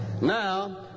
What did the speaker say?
Now